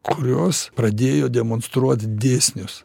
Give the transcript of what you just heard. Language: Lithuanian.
kurios pradėjo demonstruot dėsnius